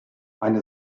eine